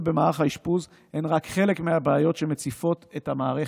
במערך האשפוז הם רק חלק מהבעיות שמציפות את המערכת.